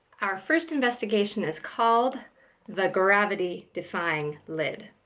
our first investigation is called the gravity-defying lid.